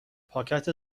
پاکت